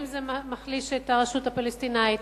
האם זה מחליש את הרשות הפלסטינית.